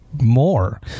more